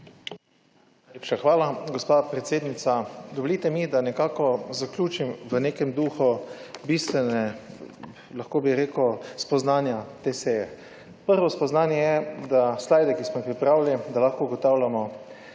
hvala, gospa predsednica. Dovolite mi, da nekako zaključim v nekem duhu bistvene, lahko bi rekel spoznanja te seje. Prvo spoznanje je, da slaide, ki smo jih pripravili, da lahko ugotavljamo,